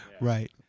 Right